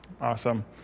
awesome